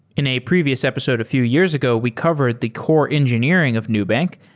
in a previous episode a few years ago, we covered the core engineering of nubank.